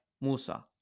Musa